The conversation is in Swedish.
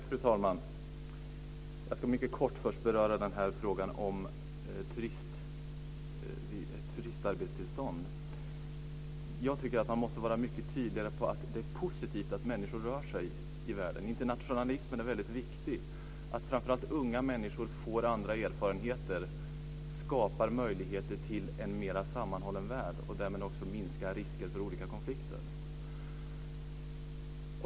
Fru talman! Jag ska mycket kort först beröra frågan om turistarbetstillstånd. Jag tycker att man måste vara mycket tydligare på att det är positivt att människor rör sig i världen. Internationalismen är väldigt viktig så att framför allt unga människor får andra erfarenheter, vilket skapar möjligheter till en mera sammanhållen värld och därmed också minskar risken för konflikter.